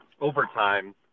overtime